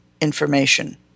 information